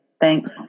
Thanks